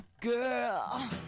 Girl